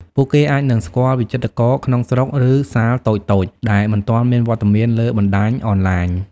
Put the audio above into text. ពួកគេអាចនឹងស្គាល់វិចិត្រករក្នុងស្រុក ឬសាលតូចៗដែលមិនទាន់មានវត្តមានលើបណ្តាញអនឡាញ។